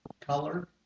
color